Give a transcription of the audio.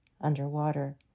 underwater